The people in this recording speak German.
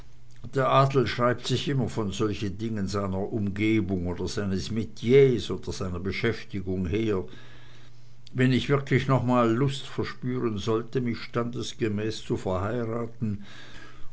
der adel schreibt sich immer von solchen dingen seiner umgebung oder seines metiers oder seiner beschäftigung her wenn ich wirklich noch mal lust verspüren sollte mich standesgemäß zu verheiraten